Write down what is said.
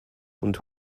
und